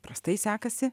prastai sekasi